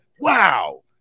wow